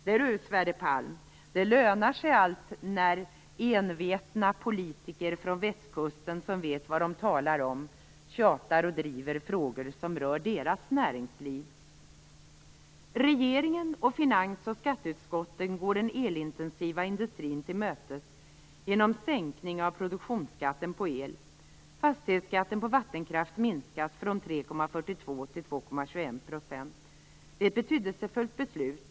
Det lönar sig allt, Sverre Palm, när envetna politiker från västkusten som vet vad de talar om tjatar om och driver frågor som rör deras näringsliv. Regeringen och finans och skatteutskotten går den elintensiva industrin till mötes genom sänkning av produktionsskatten på el. Skatten på vattenkraft minskas från 3,42 till 2,21 %. Det är ett betydelsefullt beslut.